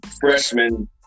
freshman